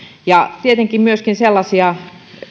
ja tietenkin myöskin sellaisia